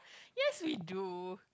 yes we do